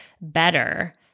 better